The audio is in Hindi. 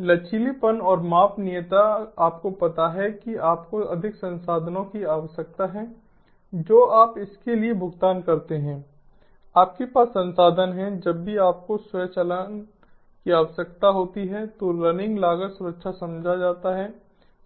लचीलेपन और मापनीयता आपको पता है कि आपको अधिक संसाधनों की आवश्यकता है जो आप इसके लिए भुगतान करते हैं आपके पास संसाधन हैं जब भी आपको स्वचालन की आवश्यकता होती है तो रनिंग लागत सुरक्षा समझा जाता है